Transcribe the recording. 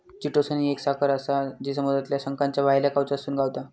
chitosan ही एक साखर आसा जी समुद्रातल्या शंखाच्या भायल्या कवचातसून गावता